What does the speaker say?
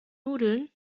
nudeln